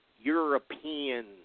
European